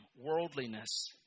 worldliness